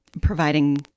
providing